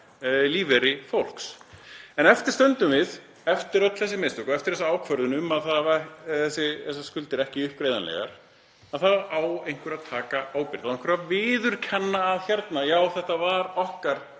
lífeyri fólks. Eftir stöndum við, eftir öll þessi mistök og eftir þessa ákvörðun um að hafa þessar skuldir ekki uppgreiðanlegar, og það á einhver að taka ábyrgð. Það á einhver að viðurkenna: Já, þetta var okkar